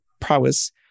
prowess